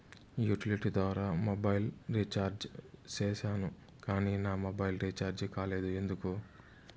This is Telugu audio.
యుటిలిటీ ద్వారా మొబైల్ రీచార్జి సేసాను కానీ నా మొబైల్ రీచార్జి కాలేదు ఎందుకు?